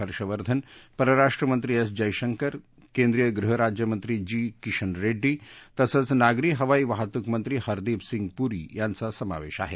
हर्षवर्धन परराष्ट्र मंत्री एस जयशंकर केंद्रीय गृह राज्यमंत्री जी किशन रेड्डी तसंच नागरी हवाई वाहतुक मंत्री हरदीप सिंग पुरी यांचा समावेश आहे